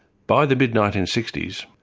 by the mid nineteen sixty s,